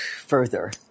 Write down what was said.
further